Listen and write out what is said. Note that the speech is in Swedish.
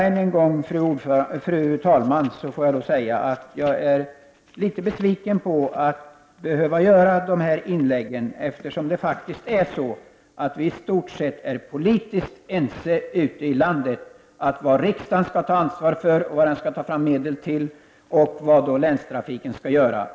Än en gång, fru talman, får jag säga att jag är litet besviken att behöva göra dessa inlägg, eftersom vi faktiskt i stort sett politiskt är ense ute i landet om vad riksdagen skall ta ansvar för och vad den skall ta fram medel för och vad länstrafikbolagen skall göra.